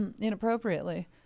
inappropriately